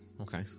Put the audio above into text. okay